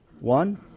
One